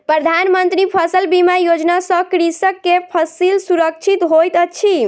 प्रधान मंत्री फसल बीमा योजना सॅ कृषक के फसिल सुरक्षित होइत अछि